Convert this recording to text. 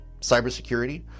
cybersecurity